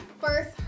first